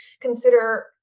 consider